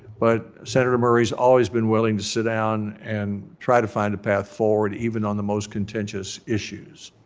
but senator murray's always been willing to sit down and try to find a path forward. even on the most contentious issues.